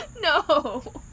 No